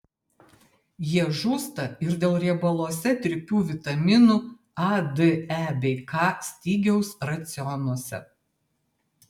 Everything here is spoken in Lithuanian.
jie žūsta ir dėl riebaluose tirpių vitaminų a d e bei k stygiaus racionuose